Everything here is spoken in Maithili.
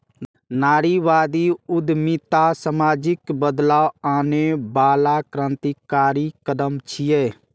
नारीवादी उद्यमिता सामाजिक बदलाव आनै बला क्रांतिकारी कदम छियै